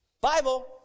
Bible